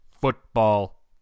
football